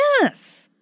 Yes